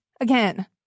again